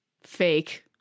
fake